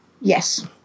Yes